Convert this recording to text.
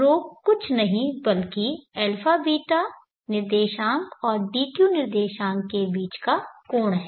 ρ कुछ नहीं बल्कि αβ निर्देशांक और dq निर्देशांक के बीच का कोण है